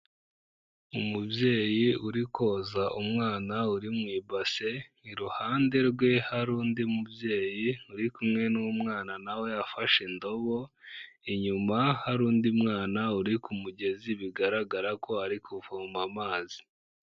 Umubyeyi uri koza umwana uri mu ibase iruhande rwe hari undi mubyeyi uri kumwe n'umwana nawe afashe indobo, inyuma hari undi mwana uri ku mugezi bigaragara ko ari kuvoma amazi.